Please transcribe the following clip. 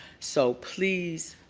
so please